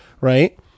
right